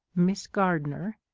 miss gardner,